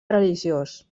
religiós